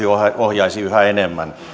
ohjaisi yhä enemmän